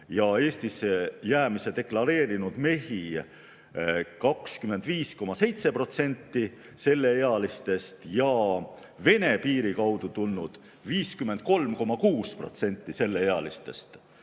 ja Eestisse jäämist deklareerinud mehi 25,7% selleealistest ja Vene piiri kaudu tulnud 53,6% selleealistest